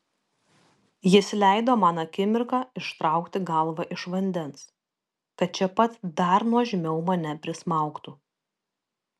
jis leido man akimirką ištraukti galvą iš vandens kad čia pat dar nuožmiau mane prismaugtų